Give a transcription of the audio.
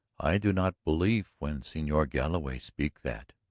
i do not belief when senor galloway speak that.